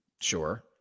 sure